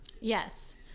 Yes